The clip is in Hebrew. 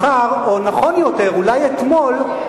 מחר או נכון יותר אולי אתמול,